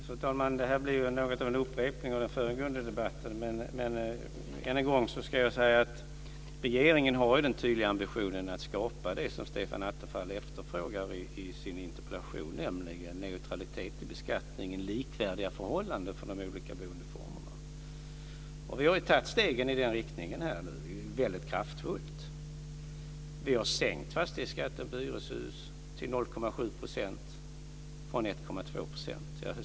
Fru talman! Det blir något av en upprepning av föregående debatt men ännu en gång ska jag säga att regeringen har en tydlig ambition att skapa det som Stefan Attefall efterfrågar i sin interpellation, nämligen neutralitet i beskattningen och likvärdiga förhållanden för de olika boendeformerna. Vi har också väldigt kraftfullt tagit steg i den riktningen. Vi har sänkt fastighetsskatten för hyreshus till 0,7 % från 1,2 %.